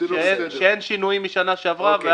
שאין בו שינויים משנה שעברה.